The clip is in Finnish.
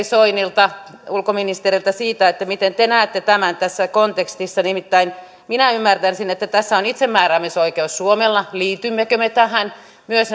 soinilta ulkoministeriltä siitä miten te näette tämän tässä kontekstissa nimittäin minä ymmärtäisin että tässä on itsemääräämisoikeus suomella liitymmekö me tähän myös